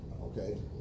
Okay